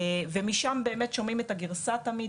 אז משם באמת שומעים את הגרסה תמיד,